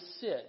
sit